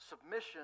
Submission